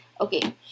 okay